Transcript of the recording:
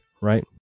right